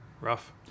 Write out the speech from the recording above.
Rough